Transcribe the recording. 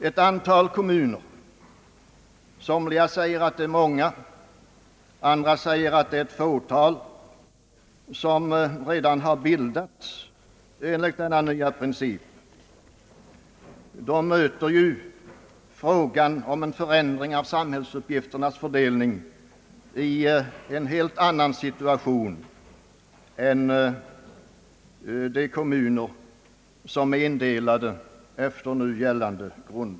Ett antal kommuner — somliga säger att det är många, andra säger att det är ett fåtal — som redan har bildats enligt denna nya princip möter ju frågan om en förändring av samhällsuppgifternas fördelning i en helt annan situation än de kommuner som är indelade efter nu gällande grund.